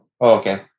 okay